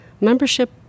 membership